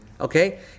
okay